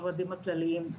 הכלליים.